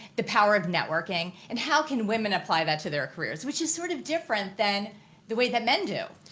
the power of networking and how can women apply that to their careers which is sort of different than the way that men do.